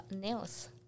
nails